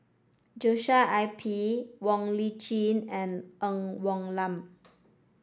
Joshua I P Wong Lip Chin and Ng Woon Lam